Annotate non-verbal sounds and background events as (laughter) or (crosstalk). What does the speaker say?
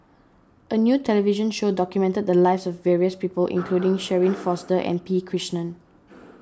a new television show documented the lives of various people (noise) including Shirin Fozdar and P Krishnan